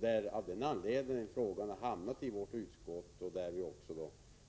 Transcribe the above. Det är anledningen till att den här frågan har hamnat i vårt utskott, där centern ställt sig